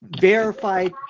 verified